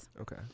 Okay